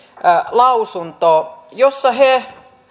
lausunto jossa he